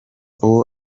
uwo